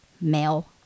male